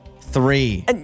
three